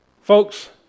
Folks